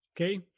Okay